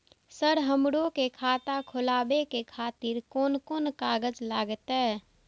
Sir हमरो के खाता खोलावे के खातिर कोन कोन कागज लागते?